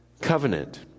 covenant